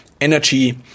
energy